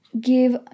give